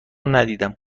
ندیدم